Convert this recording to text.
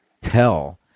tell